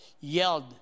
yelled